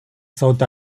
south